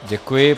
Děkuji.